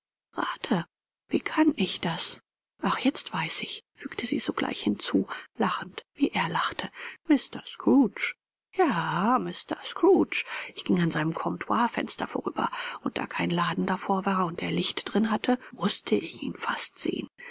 rate wie kann ich das ach jetzt weiß ich fügte sie sogleich hinzu lachend wie er lachte mr scrooge ja mr scrooge ich ging an seinem comptoirfenster vorüber und da kein laden davor war und er licht drin hatte mußte ich ihn fast sehen